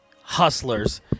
Hustlers